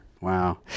wow